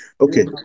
Okay